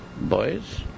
Boys